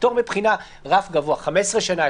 פטור מבחינה ורף גבוה של 15 שנה,